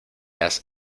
has